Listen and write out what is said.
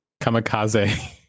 kamikaze